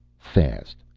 fast.